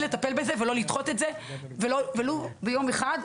לטפל בזה ולא לדחות את זה ולו ביום אחד,